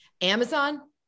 Amazon